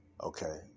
Okay